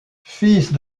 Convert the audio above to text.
fils